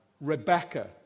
Rebecca